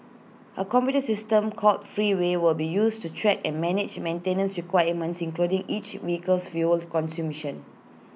A computer system called Freeway will be used to track and manage maintenance requirements including each vehicle's fuel